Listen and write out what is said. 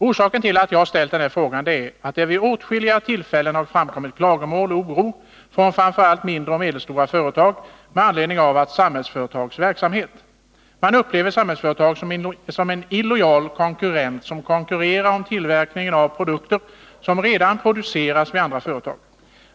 Orsaken till att jag ställt frågan är att det vid åtskilliga tillfällen framkommit klagomål och oro från framför allt mindre och medelstora företag med anledning av Samhällsföretags verksamhet. Man upplever Samhällsföretag som en illojal konkurrent, som konkurrerar om tillverkningen av produkter som redan produceras vid andra företag.